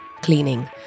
cleaning